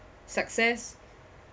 success